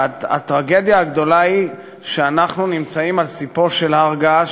הטרגדיה הגדולה היא שאנחנו נמצאים על ספו של הר געש,